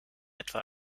etwa